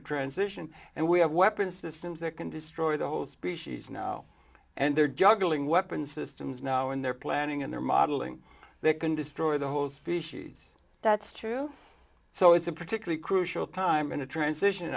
of transition and we have weapons systems that can destroy the whole species now and they're juggling weapons systems now and they're planning and they're modeling they can destroy the whole species that's true so it's a particularly crucial time in a transition